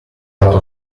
lato